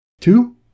Two